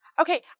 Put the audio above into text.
Okay